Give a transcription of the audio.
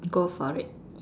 go for it